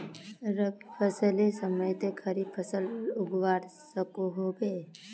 रवि फसलेर समयेत खरीफ फसल उगवार सकोहो होबे?